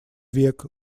век